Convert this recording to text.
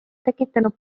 tekitanud